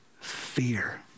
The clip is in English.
fear